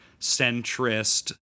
centrist